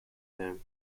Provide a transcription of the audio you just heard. home